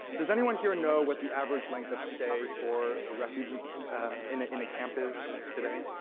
does anyone here know what the average length of stay for a refugee in in a campus today?